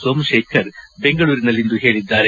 ಸೋಮಶೇಖರ್ ಬೆಂಗಳೂರಿನಲ್ಲಿಂದು ತಿಳಿಸಿದ್ದಾರೆ